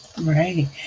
Right